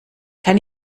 kann